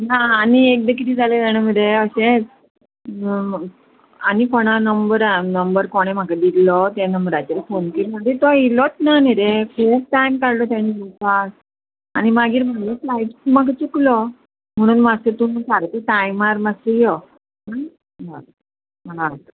ना आनी एकदां किदें जालें जाणा मरे अशेंच आनी कोणा नंबरा नंबर कोणें म्हाका दिल्लो त्या नंबराचेर फोन केलो तो येल्लोच ना न्ही रे खूब टायम काडलो तेणें येवपाक आनी मागीर म्हाजो फ्लायट म्हाका चुकलो म्हणून मात्शें तुमी सारको टायमार मात्शे यो हय हय